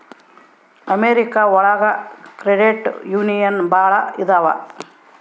America ಒಳಗ credit union ಭಾಳ ಇದಾವ